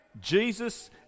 Jesus